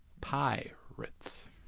Pirates